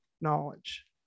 knowledge